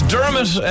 Dermot